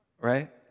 right